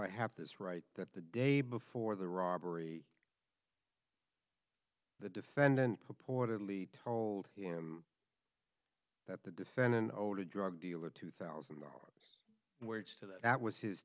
i have this right that the day before the robbery the defendant purportedly told him that the defendant older drug dealer two thousand dollars words to that was his